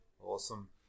Awesome